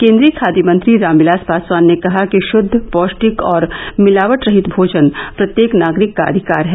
केन्द्रीय खाद्य मंत्री रामविलास पासवान ने कहा कि शुद्द पौष्टिक और मिलावट रहित भोजन प्रत्येक नागरिक का अधिकार है